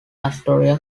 astoria